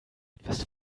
etwas